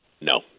No